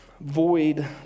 void